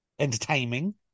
entertaining